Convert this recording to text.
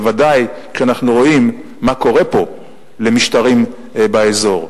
בוודאי כשאנחנו רואים מה קורה פה למשטרים באזור.